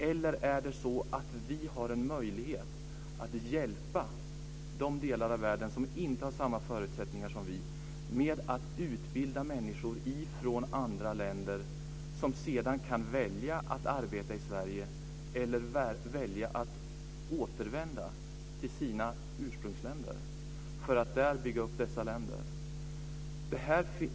Eller har vi en möjlighet att hjälpa de delar av världen som inte har samma förutsättningar som vi för att utbilda människor från andra länder som sedan kan välja att arbeta i Sverige eller att återvända till sina ursprungsländer för att bygga upp dessa länder?